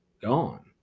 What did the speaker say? gone